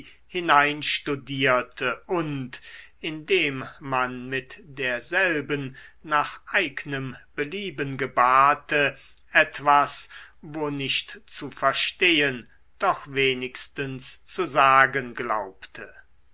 hineinstudierte und indem man mit derselben nach eignem belieben gebarte etwas wo nicht zu verstehen doch wenigstens zu sagen glaubte